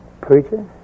Preacher